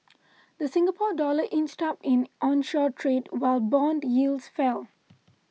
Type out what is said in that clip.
the Singapore Dollar inched up in onshore trade while bond yields fell